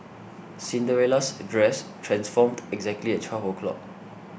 Cinderella's dress transformed exactly at twelve O'clock